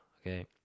okay